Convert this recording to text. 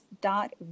dot